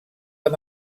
amb